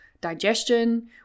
digestion